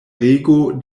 rego